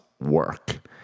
work